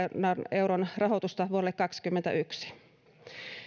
euron rahoitusta vuodelle kaksikymmentäyksi